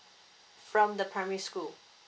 from the primary school